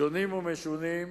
שונים ומשונים,